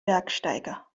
bergsteiger